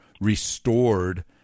restored